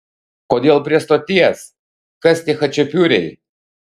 kodėl prie stoties kas tie chačapuriai